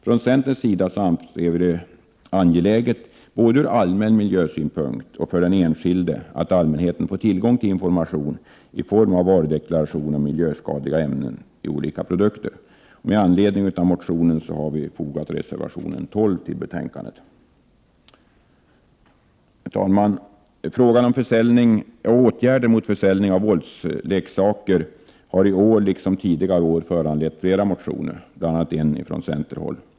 Från centerns sida anser vi det angeläget både från allmän miljösynpunkt och för den enskilde att allmänheten får tillgång till information i form av varudeklaration om miljöskadliga ämnen i olika produkter. Vi har följt upp motionen med reservation 12 i betänkandet. Herr talman! Frågan om åtgärder mot försäljning av våldsleksaker har i år, liksom tidigare år, föranlett flera motioner, bl.a. en från centern.